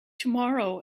tomorrow